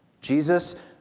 Jesus